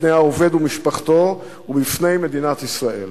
בפני העובד ומשפחתו ובפני מדינת ישראל.